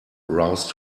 roused